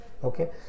okay